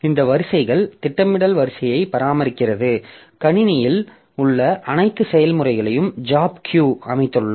இந்த வரிசைகள் திட்டமிடல் வரிசைகளை பராமரிக்கிறது கணினியில் உள்ள அனைத்து செயல்முறைகளையும் ஜாப் கியூ அமைத்துள்ளோம்